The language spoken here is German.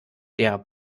der